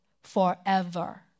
forever